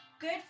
Good